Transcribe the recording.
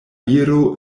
viro